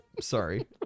sorry